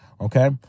okay